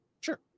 sure